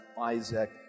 Isaac